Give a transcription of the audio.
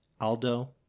Aldo